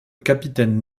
capitaine